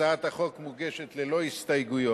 הצעת החוק מוגשת ללא הסתייגויות.